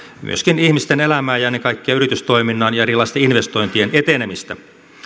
myöskin ihmisten elämää ja ennen kaikkea yritystoiminnan ja erilaisten investointien etenemistä